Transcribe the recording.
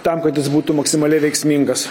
tam kad jis būtų maksimaliai veiksmingas